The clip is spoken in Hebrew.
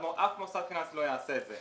אף מוסד פיננסי לא יעשה את זה.